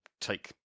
take